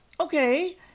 okay